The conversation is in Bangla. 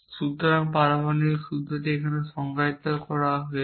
সুতরাং পারমাণবিক সূত্রটি এখানে সংজ্ঞায়িত করা হয়েছে